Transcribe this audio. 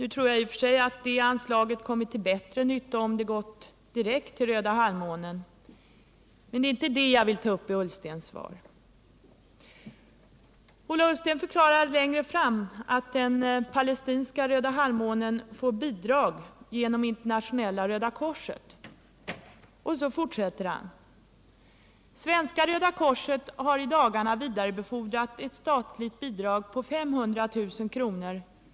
Nu tror jag i och för sig att detta anslag kommit till bättre nytta, om det gått direkt till Röda halvmånen. Men det är inte det jag vill ta upp i Ola Ullstens svar. Ola Ullsten förklarade längre fram att den palestinska Röda halvmånen får bidrag genom Internationella röda korset och fortsatte på följande sätt: ”Svenska Röda korset har i dagarna vidarebefordrat ett statligt bidrag på 500 000 kr.